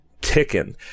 ticking